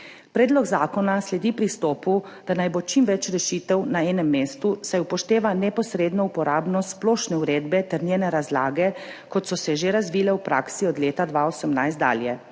Predlog zakona sledi pristopu, da naj bo čim več rešitev na enem mestu, saj upošteva neposredno uporabnost splošne uredbe ter njene razlage, kot so se že razvile v praksi od leta 2018 dalje.